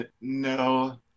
No